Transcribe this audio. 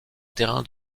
terrain